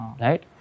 right